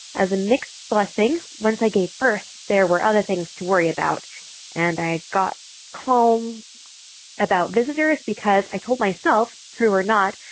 as a mixed blessing, once i gave birth, there were other things to worry about and i got calls um about visitors because i told myself, true or not,